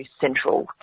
central